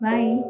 Bye